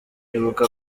nibuka